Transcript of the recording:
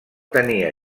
tenia